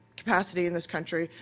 capacity in this country.